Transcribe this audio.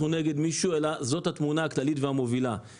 נגד מישהו אלא זאת התמונה הכללית ומובילה.